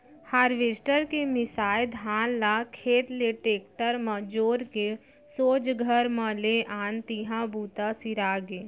harvester के मिंसाए धान ल खेत ले टेक्टर म जोर के सोझ घर म ले आन तिहॉं बूता सिरागे